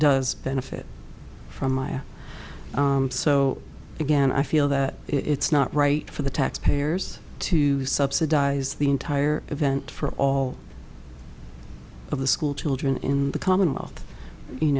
does benefit from my so again i feel that it's not right for the taxpayers to subsidize the entire event for all of the school children in the commonwealth you